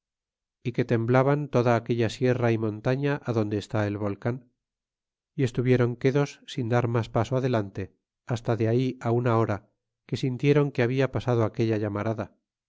y que temblaban toda aquella sierra y montaña adonde está el volean y estuvieron quedos sin dar mas paso adelante hasta de ahí una hora que sintieron que habia pasado aquella ilamaradaz